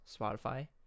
Spotify